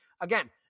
Again